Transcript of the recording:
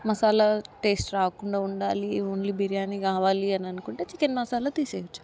masala taste రాకుండా ఉండాలి only biryani కావాలి అని అనుకుంటే చికెన్ మసాలా తీసేయొచ్చు